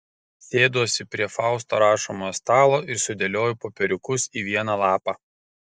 sėduosi prie fausto rašomojo stalo ir sudėlioju popieriukus į vieną lapą